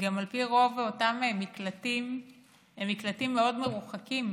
גם על פי רוב אותם מקלטים הם מקלטים מאוד מרוחקים